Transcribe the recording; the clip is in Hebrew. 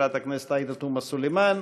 חברת הכנסת עאידה תומא סלימאן,